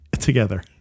together